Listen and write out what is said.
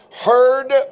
heard